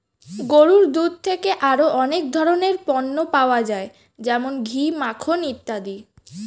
গরুর দুধ থেকে আরো অনেক ধরনের পণ্য পাওয়া যায় যেমন ঘি, মাখন ইত্যাদি